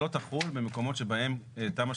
לא תחול במקומות שבהם תמ"א,